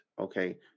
Okay